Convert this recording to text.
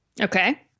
Okay